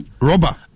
Robber